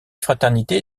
fraternité